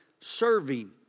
serving